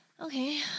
Okay